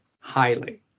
highly